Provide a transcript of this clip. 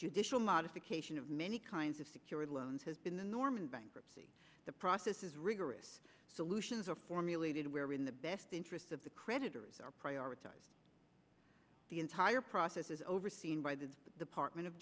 judicial modification of many kinds of secured loans has been the norm in bankruptcy the process is rigorous solutions are formulated where in the best interests of the creditors are prioritized the entire process is overseen by the department of